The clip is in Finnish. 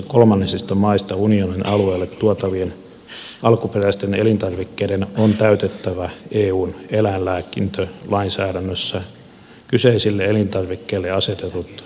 kolmansista maista unionin alueelle tuotavien eläinperäisten elintarvikkeiden on täytettävä eun eläinlääkintälainsäädännössä kyseisille elintarvikkeille asetetut tuontivaatimukset